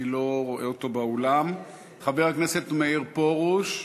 אני לא רואה אותו באולם, חבר הכנסת מאיר פרוש,